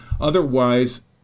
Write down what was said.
Otherwise